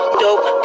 dope